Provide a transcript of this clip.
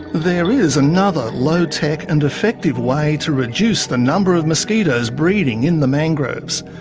there is another low-tech and effective way to reduce the number of mosquitoes breeding in the mangroves.